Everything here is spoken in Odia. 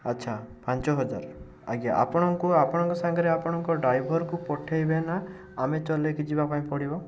ଆଚ୍ଛା ପାଞ୍ଚହଜାର ଆଜ୍ଞା ଆପଣଙ୍କୁ ଆପଣଙ୍କ ସାଙ୍ଗରେ ଆପଣଙ୍କ ଡ୍ରାଇଭର୍କୁ ପଠାଇବେ ନା ଆମେ ଚଲାଇକି ଯିବା ପାଇଁ ପଡ଼ିବ